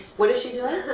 what is she doing?